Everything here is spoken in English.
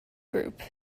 group